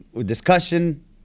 discussion